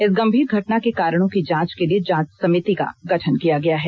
इस गंभीर घटना के कारणों की जांच के लिए जांच समिति का गठन किया गया है